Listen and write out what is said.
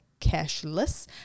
cashless